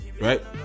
right